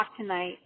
tonight